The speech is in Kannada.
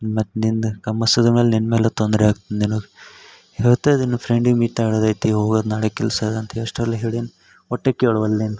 ಮತ್ತೆ ನಿಂದು ಕಮ್ಮಸುದ ಮೇಲೆ ನಿನ್ನ ಮೇಲೆ ತೊಂದರೆ ಆಗ್ತದೆ ನಿನಗೆ ಹೇಳ್ತಾ ಇದ್ದೀನಿ ಫ್ರೆಂಡಿನ ಮೀಟ್ ಮಾಡೋದು ಐತಿ ಹೋಗೋದು ನಾಳೆ ಕೆಲಸ ಅದ ಅಂತ ಎಷ್ಟಲ್ಲ ಹೇಳಿನಿ ಒಟ್ಟು ಕೇಳುವಲ್ಲ ನೀನು